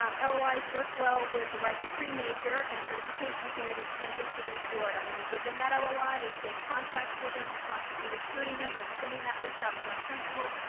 um lois work well with the right degree major and certification candidates interested in florida. when we give them that ah loi, we stay in contact with them, we're constantly recruiting them, we're sending that list out to our principals,